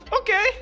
Okay